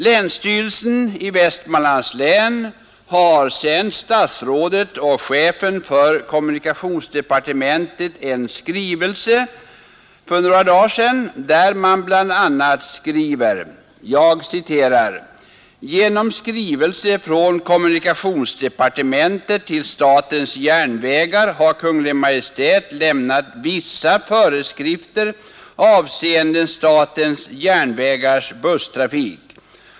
Länsstyrelsen i Västmanlands län sände för några dagar sedan en skrivelse till chefen för kommunikationsdepartementet i vilken anförs bl.a.: ”Genom skrivelse från kommunikationsdepartementet till statens järnvägar har Kungl. Maj:t lämnat vissa föreskrifter avseende statens järnvägars busstrafik.